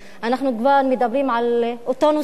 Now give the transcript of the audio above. אנחנו כבר מדברים על אותו נושא,